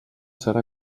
serà